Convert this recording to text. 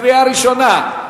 קריאה ראשונה.